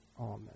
Amen